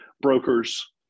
Brokers